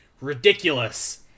ridiculous